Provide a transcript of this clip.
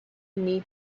need